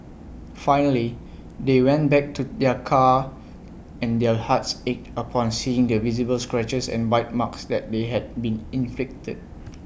finally they went back to their car and their hearts ached upon seeing the visible scratches and bite marks that they had been inflicted